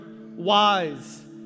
wise